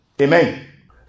Amen